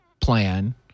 plan